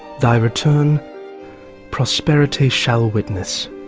thy return prosperity shall witness.